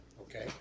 okay